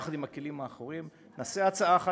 יחד עם הכלים האחרים, נעשה הצעה אחת,